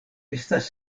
estas